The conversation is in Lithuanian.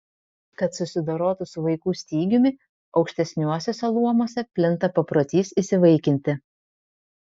kad susidorotų su vaikų stygiumi aukštesniuosiuose luomuose plinta paprotys įsivaikinti